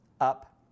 up